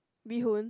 bee hoon